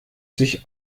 sich